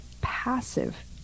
passive